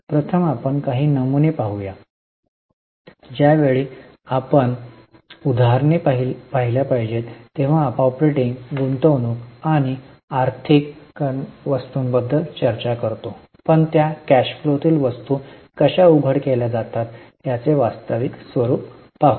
प्रथम आपण काही नमुने पाहू या ज्या वेळी आपण उदाहरणे पाहिल्या पाहिजेत तेव्हा आपण ऑपरेटिंग गुंतवणूक आणि आर्थिक करणार्या वस्तूंबद्दल चर्चा करतो पण त्या कॅश फ्लोातील वस्तू कशा उघड केल्या जातात याचे वास्तविक स्वरूप पाहू